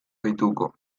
gehituko